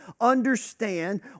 understand